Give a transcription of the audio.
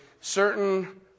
certain